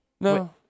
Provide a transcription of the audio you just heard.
No